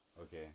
Okay